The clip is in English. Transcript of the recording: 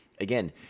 Again